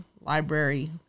library